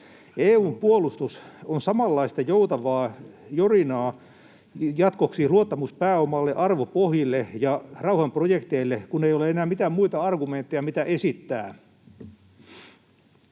EU:n puolustus on samanlaista joutavaa jorinaa jatkoksi luottamuspääomalle, arvopohjille ja rauhanprojekteille, kun ei ole enää mitään muita argumentteja, mitä esittää.